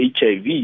HIV